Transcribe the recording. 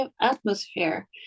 atmosphere